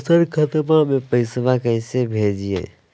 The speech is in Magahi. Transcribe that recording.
दोसर खतबा में पैसबा कैसे भेजिए?